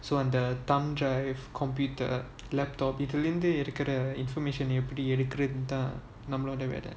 so when the thumb drive computer laptop இதுல இருந்து இருக்குற:ithula irunthu irukura information எப்படி எடுக்கிறது தான் நம்மளோட வேலை:eppadi edukirathu thaan nammaloda velai